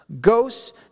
Ghosts